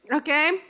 Okay